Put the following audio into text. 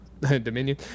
Dominion